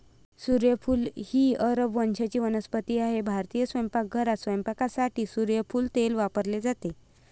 सूर्यफूल ही अरब वंशाची वनस्पती आहे भारतीय स्वयंपाकघरात स्वयंपाकासाठी सूर्यफूल तेल वापरले जाते